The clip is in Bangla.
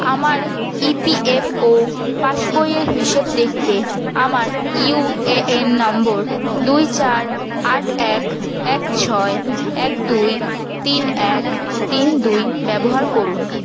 আমার ইপিএফও পাসবইয়ের হিসেব দেখতে আমার ইউএএন নম্বর দুই চার আট এক এক ছয় এক দুই তিন এক তিন দুই ব্যবহার করুন